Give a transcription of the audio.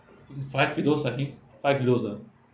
five kilos I think five kilos ah